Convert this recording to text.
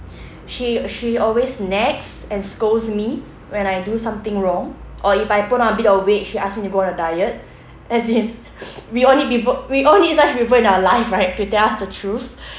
she she always nags and scolds me when I do something wrong or if I put on a bit of weight she ask me to go on a diet as in we all need we all need such people in our life right to tell us the truth